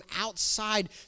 outside